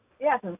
Yes